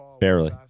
Barely